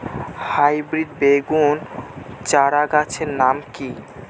Hybrid বেগুন চারাগাছের নাম কি?